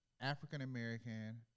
African-American